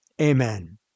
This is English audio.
Amen